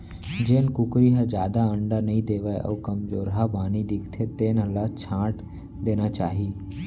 जेन कुकरी ह जादा अंडा नइ देवय अउ कमजोरहा बानी दिखथे तेन ल छांट देना चाही